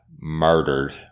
Murdered